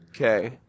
okay